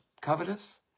covetous